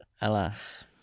Alas